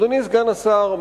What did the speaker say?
אדוני סגן השר,